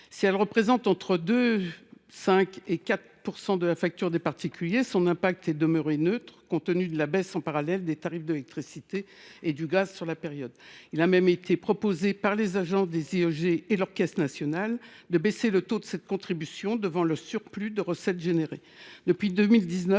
Si elle représente entre 2,5 % et 4 % du total de la facture des particuliers, son impact est resté neutre, compte tenu de la baisse des tarifs de l’électricité et du gaz sur la période. Il a même été proposé par les agents des IEG et leur caisse nationale de baisser le taux de cette contribution, face au surplus de recettes qu’elle